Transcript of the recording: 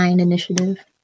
initiative